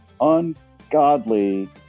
ungodly